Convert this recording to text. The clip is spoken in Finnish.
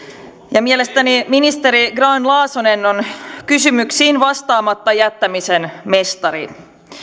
ja mielestäni ministeri grahn laasonen on kysymyksiin vastaamatta jättämisen mestari